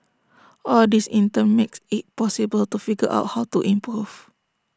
all this in turn makes IT possible to figure out how to improve